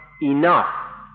enough